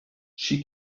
she